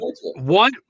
one